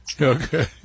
Okay